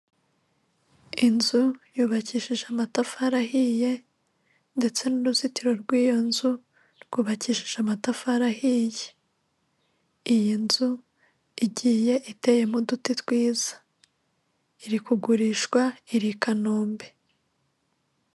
Inzu yubakishije amatafari ahiye ndetse n'uruzitiro rw'iyo nzu rwubakishijeje amatafari ahiye, iyi nzu igiye iteyemo uduti twiza, iri kugurishwa iri i Kanombe.